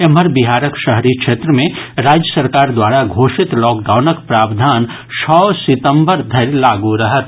एम्हर बिहारक शहरी क्षेत्र मे राज्य सरकार द्वारा घोषित लॉकडाउनक प्रावधान छओ सितम्बर धरि लागू रहत